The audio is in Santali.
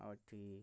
ᱦᱳᱭ ᱴᱷᱤᱠ